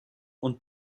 und